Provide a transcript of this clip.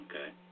okay